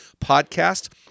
Podcast